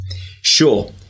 Sure